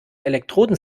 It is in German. elektroden